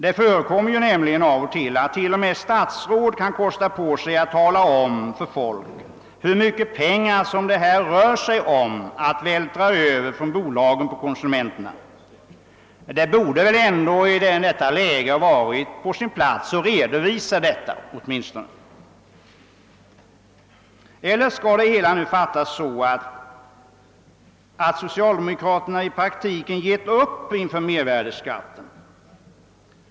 Det förekommer nämligen att t.o.m. statsråd kan kosta på sig att tala om för folk hur mycket pengar det rör sig om att vältra över från bolagen på konsumenterna. Det borde väl ändå i detta läge ha varit på sin plats att åtminstone redovisa det förhållandet. Eller skall det hela nu fattas så att socialdemokraterna i praktiken gett upp inför mervärdeskatten?